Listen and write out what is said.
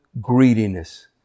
greediness